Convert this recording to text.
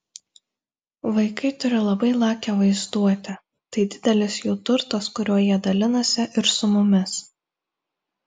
vaikai turi labai lakią vaizduotę tai didelis jų turtas kuriuo jie dalinasi ir su mumis